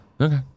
Okay